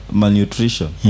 malnutrition